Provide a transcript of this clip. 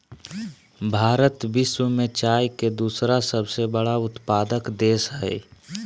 भारत विश्व में चाय के दूसरा सबसे बड़ा उत्पादक देश हइ